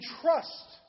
trust